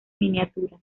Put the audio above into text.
miniatura